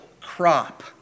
crop